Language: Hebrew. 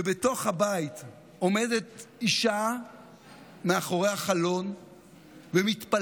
ובתוך הבית עומדת אישה מאחורי החלון ומתפללת